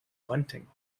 bunting